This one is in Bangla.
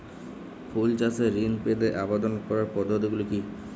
ফুল চাষে ঋণ পেতে আবেদন করার পদ্ধতিগুলি কী?